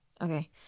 Okay